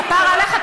כפרה עליך,